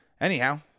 Anyhow